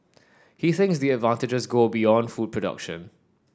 he thinks the advantages go beyond food production